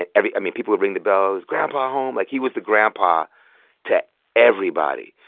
and every i mean, people would ring the bell. is grandpa home? like, he was the grandpa to everybody.